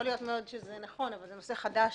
יכול להיות מאוד שזה נכון אבל זה נושא חדש,